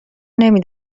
نمی